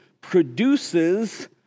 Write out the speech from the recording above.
produces